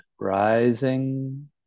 rising